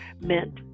meant